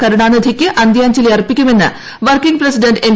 കരുണാനിധിക്ക് അന്ത്യാഞ്ജലി അർപ്പിക്കുമെന്ന് working president M